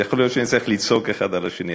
יכול להיות שנצטרך לצעוק האחד על השני,